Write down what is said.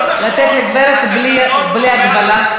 לתת לגברת בלי הגבלה.